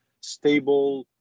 stable